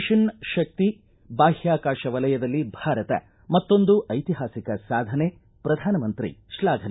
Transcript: mission Shakti ಬಾಹ್ನಾಕಾಶ ವಲಯದಲ್ಲಿ ಭಾರತ ಮತ್ತೊಂದು ಐತಿಹಾಸಿಕ ಸಾಧನೆ ಪ್ರಧಾನಮಂತ್ರಿ ಶ್ವಾಫನೆ